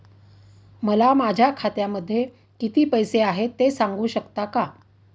मला माझ्या खात्यामध्ये किती पैसे आहेत ते सांगू शकता का?